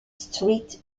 street